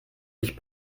sich